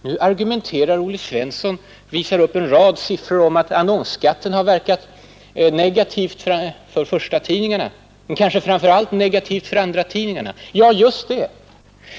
Nu argumenterar Olle Svensson genom att visa upp en rad siffror om hur annonsskatten har verkat negativt för förstatidningarna, men kanske framför allt negativt för andratidningarna. Just det!